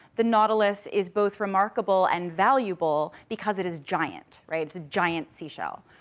the nautilus is both remarkable and valuable, because it is giant, right, it's a giant seashell.